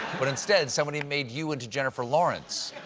but instead somebody made you into jennifer lawrence.